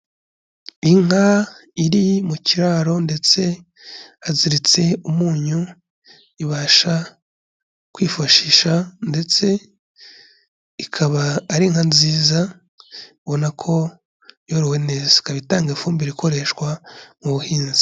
Inka iri mu kiraro ndetse haziritse umunyu ibasha kwifashisha, ndetse ikaba ari inka nziza, ubona ko yorowe neza; ikaba itanga ifumbire ikoreshwa mu buhinzi.